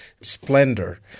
splendor